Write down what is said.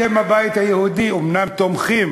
אתם, הבית היהודי, אומנם תומכים,